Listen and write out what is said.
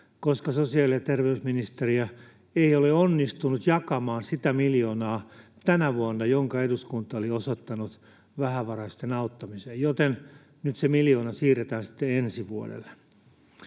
koska sosiaali‑ ja terveysministeriö ei ole tänä vuonna onnistunut jakamaan sitä miljoonaa, jonka eduskunta oli osoittanut vähävaraisten auttamiseen, joten nyt se miljoona siirretään sitten ensi vuodelle.